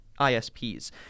isps